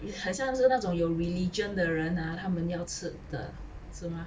很像是那种有 religion 的人 ah 他们要吃的是 mah